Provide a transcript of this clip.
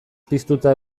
piztuta